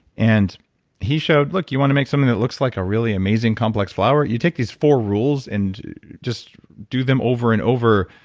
and he showed, look, you want to make something that looks like a really amazing complex flower? you take these four rules and just do them over and over.